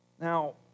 Now